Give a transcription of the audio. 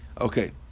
Okay